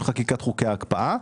עם חקיקת חוקי ההקפאה,